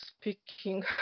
speaking